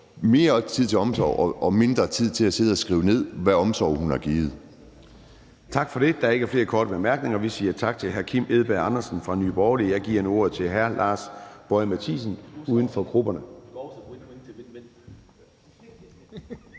mere tid på omsorg og mindre tid på at sidde og skrive ned, hvilken omsorg hun har givet. Kl. 11:23 Formanden (Søren Gade): Tak for det. Der er ikke flere korte bemærkninger. Vi siger tak til hr. Kim Edberg Andersen fra Nye Borgerlige. Jeg giver nu ordet til hr. Lars Boje Mathiesen, uden for grupperne.